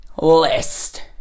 list